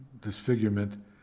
disfigurement